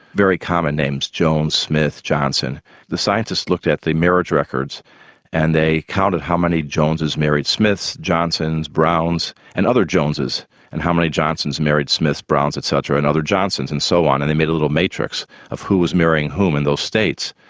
very common names, jones, smith, johnson the scientists looked at marriage records and they counted how many jones's married smith's, johnsons, browns and other jones's and how many johnsons married smiths, browns etc and other johnsons and so on and they made a little matrix of who's marrying whom in those states.